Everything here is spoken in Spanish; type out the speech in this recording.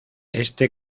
este